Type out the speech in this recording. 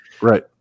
Right